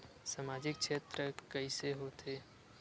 सामजिक क्षेत्र के कइसे होथे?